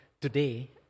Today